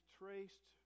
traced